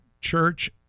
church